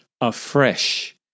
afresh